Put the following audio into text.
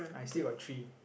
I still got three